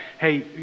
hey